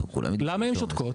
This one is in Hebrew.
למה הן שותקות?